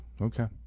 okay